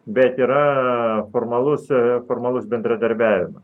bet yra formalus formalus bendradarbiavimas